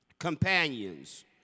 Companions